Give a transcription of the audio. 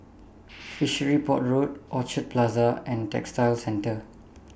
Fishery Port Road Orchard Plaza and Textile Centre